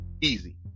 Easy